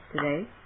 today